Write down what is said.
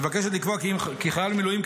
מבקשת לקבוע כי חייל המילואים,